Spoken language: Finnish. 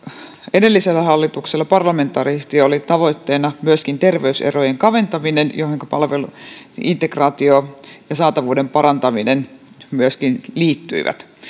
edellisellä hallituksella parlamentaarisesti oli tavoitteena myöskin terveyserojen kaventaminen johonka palveluintegraatio ja saatavuuden parantaminen myöskin liittyivät